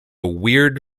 weird